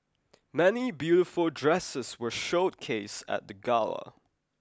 many beautiful dresses were showcased at the gala